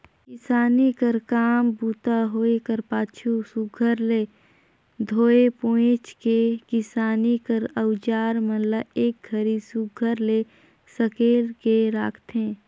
किसानी कर काम बूता होए कर पाछू सुग्घर ले धोए पोएछ के किसानी कर अउजार मन ल एक घरी सुघर ले सकेल के राखथे